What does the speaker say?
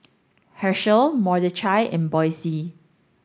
Hershell Mordechai and Boysie